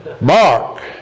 Mark